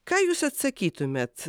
ką jūs atsakytumėt